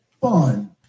fun